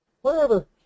Wherever